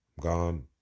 Gone